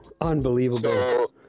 unbelievable